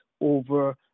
over